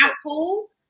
Apple